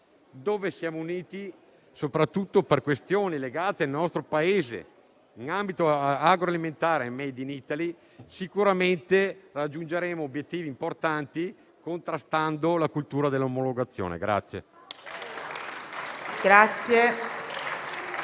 quale siamo uniti soprattutto per questioni legate al nostro Paese. In ambito agroalimentare, a difesa del *made in Italy*, sicuramente raggiungeremo obiettivi importanti contrastando la cultura dell'omologazione.